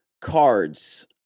cards